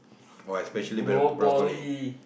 oh especially bro~ broccoli